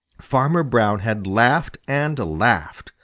farmer brown had laughed and laughed.